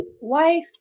Wife